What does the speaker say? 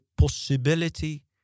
possibility